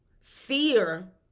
fear